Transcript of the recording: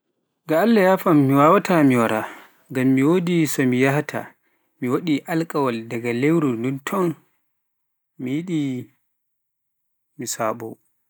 yafan mi wawaata mi wara, ngam wodi somi yahta, mi waɗi alkawal daga lewru ndun ton, mi yiɗa mi saɓo.